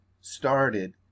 started